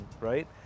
right